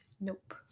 nope